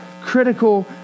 critical